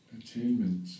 attainment